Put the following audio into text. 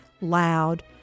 loud